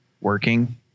working